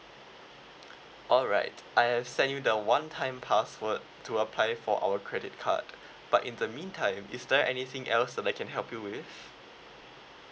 alright I have sent you the one time password to apply for our credit card but in the meantime is there anything else that I can help you with